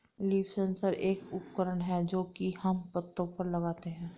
leaf sensor एक उपकरण है जो की हम पत्तो पर लगाते है